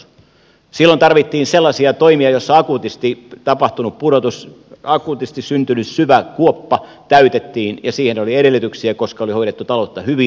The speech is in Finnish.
silloin tarvittiin sellaisia toimia joissa akuutisti tapahtunut pudotus akuutisti syntynyt syvä kuoppa täytettiin ja siihen oli edellytyksiä koska oli hoidettu taloutta hyvin